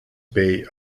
pay